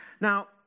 Now